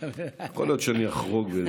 יכול להיות שאני אחרוג בזה,